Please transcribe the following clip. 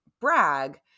brag –